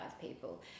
people